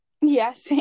yes